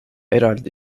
eraldi